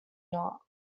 not